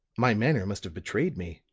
my manner must have betrayed me,